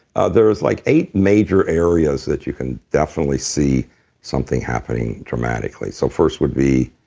ah there is like eight major areas that you can definitely see something happening dramatically. so first would be.